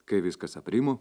kai viskas aprimo